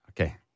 Okay